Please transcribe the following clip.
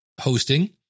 hosting